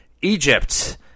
Egypt